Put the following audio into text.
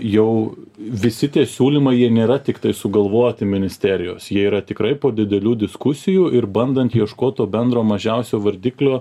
jau visi tie siūlymai jie nėra tiktai sugalvoti ministerijos jie yra tikrai po didelių diskusijų ir bandant ieškot to bendro mažiausio vardiklio